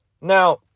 Now